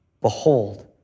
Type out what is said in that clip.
Behold